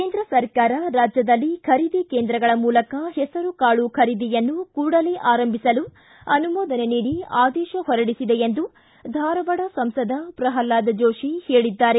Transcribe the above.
ಕೇಂದ್ರ ಸರಕಾರ ರಾಜ್ಯದಲ್ಲಿ ಖರೀದಿ ಕೇಂದ್ರಗಳ ಮೂಲಕ ಹೆಸರುಕಾಳು ಖರೀದಿಯನ್ನು ಕೂಡಲೇ ಆರಂಭಿಸಲು ಅನುಮೋದನೆ ನೀಡಿ ಆದೇಶ ಹೊರಡಿಸಿದೆ ಎಂದು ಧಾರವಾಡ ಸಂಸದ ಪ್ರಲ್ವಾದ ಜೋಶಿ ಹೇಳಿದ್ದಾರೆ